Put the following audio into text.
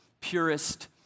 Purist